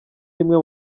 rimwe